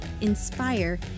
inspire